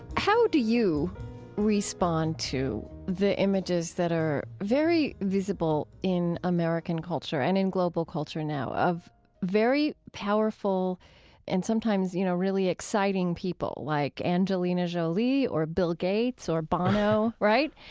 how do you respond to the images that are very visible in american culture and in global culture now of very powerful and sometimes, you know, really exciting people like angelina jolie or bill gates or bono, right,